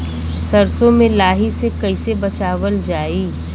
सरसो में लाही से कईसे बचावल जाई?